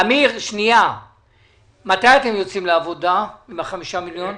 מתי אתם יוצאים לעבודה עם החמישה מיליון שקלים?